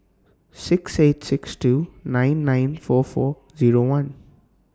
six eight six two nine nine four four Zero one